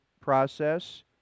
process